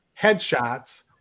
headshots